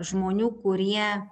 žmonių kurie